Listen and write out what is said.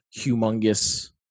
humongous